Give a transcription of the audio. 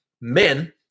men